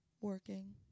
working